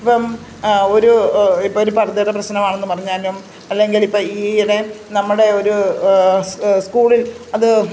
ഇപ്പം ഒരു ഇപ്പോൾ ഒരു പർദയുടെ പ്രശ്നമാണെന്ന് പറഞ്ഞാലും അല്ലെങ്കിൽ ഇപ്പം ഈയിടെ നമ്മുടെ ഒരു സ്കൂളിൽ അത്